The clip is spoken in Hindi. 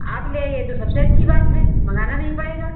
आप ले आइए तो सबसे अच्छी बात है मँगाना नहीं पड़ेगा